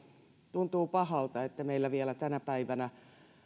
tuntuu pahalta että meillä vielä tänä päivänä